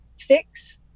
fix